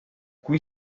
qui